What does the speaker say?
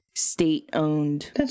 State-owned